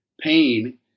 pain